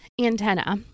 antenna